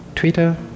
twitter